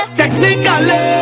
technically